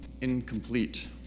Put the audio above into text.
incomplete